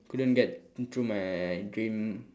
couldn't get into my dream